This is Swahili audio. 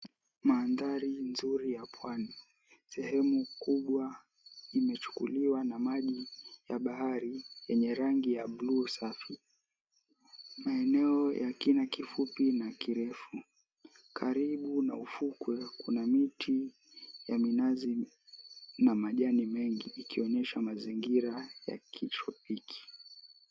Mandhari nzuri ya pwani. Sehemu kubwa imechukuliwa na maji ya bahari yenye rangi ya buluu safi. Maeneo ya kina kifupi na kirefu. Karibu na ufukwe kuna miti ya minazi, ina majani mengi, ikionyesha mazingira ya kitropiki.